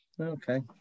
Okay